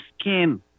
skin